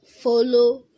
follow